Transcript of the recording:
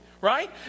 right